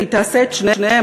והיא תעשה את שניהם,